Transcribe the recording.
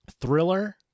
thriller